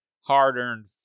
hard-earned